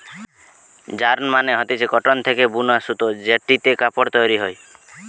yarn মানে হতিছে cotton থেকে বুনা সুতো জেটিতে কাপড় তৈরী হয়